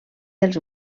dels